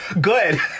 Good